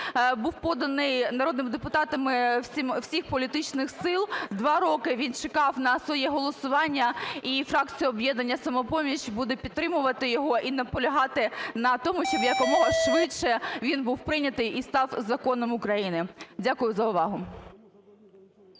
був поданий народними депутатами всіх політичних сил, 2 роки він чекав на своє голосування. І фракція "Об'єднання "Самопоміч" буде підтримувати його і наполягати на тому, щоб якомога швидше він був прийнятий і став законом України. Дякую за увагу.